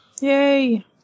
Yay